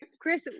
Chris